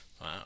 Wow